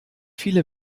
viele